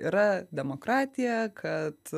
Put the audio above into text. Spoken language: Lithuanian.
yra demokratija kad